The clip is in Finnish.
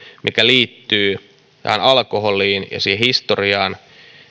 mikä liittyy tähän alkoholiin ja siihen historiaan